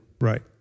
Right